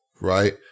right